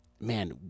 Man